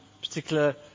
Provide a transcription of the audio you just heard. particular